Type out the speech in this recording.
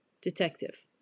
Detective